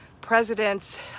Presidents